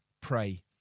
pray